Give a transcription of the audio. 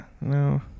no